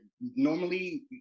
normally